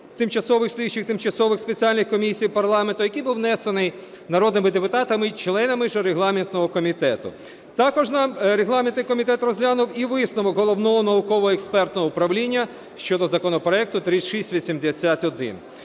тимчасових слідчих і тимчасових спеціальних комісій парламенту, який був внесений народними членами регламентного комітету. Також регламентний комітет розглянув і висновок Головного науково-експертного управління щодо законопроекту 3681.